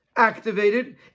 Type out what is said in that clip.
activated